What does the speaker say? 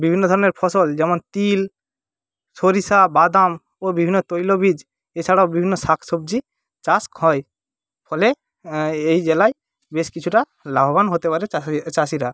বিভিন্ন ধরণের ফসল যেমন তিল সরিষা বাদাম ও বিভিন্ন তৈল বীজ এছাড়াও বিভিন্ন শাক সবজির চাষ হয় ফলে এই জেলায় কিছুটা লাভবান হতে পারে চাষিরা